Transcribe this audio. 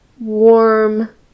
warm